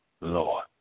Lord